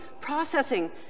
processing